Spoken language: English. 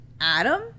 Adam